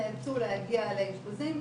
הם נאלצו להגיע לאשפוזים,